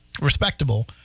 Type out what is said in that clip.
respectable